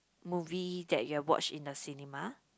movie that you have watch in a cinema